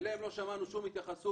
עליהם לא שמענו שום התייחסות,